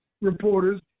reporters